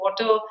water